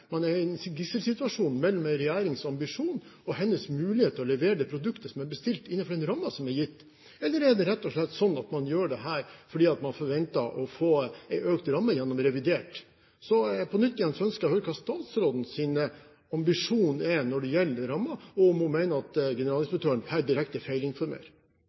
man er i en gisselsituasjon mellom regjeringens ambisjon og hennes mulighet til å levere det produktet som er bestilt innenfor den rammen som er gitt? Eller er det rett og slett sånn at man gjør dette fordi man forventer å få en økt ramme ved revidert nasjonalbudsjett? På nytt ønsker jeg å høre hva statsrådens ambisjon er når det gjelder rammen, og om hun mener at generalinspektøren her direkte